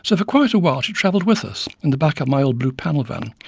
so for quite a while she travelled with us, in the back of my old blue panel van,